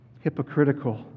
hypocritical